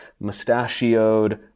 mustachioed